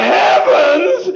heavens